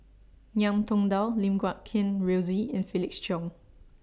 Ngiam Tong Dow Lim Guat Kheng Rosie and Felix Cheong